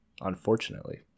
unfortunately